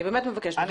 אני באמת מבקשת ממך,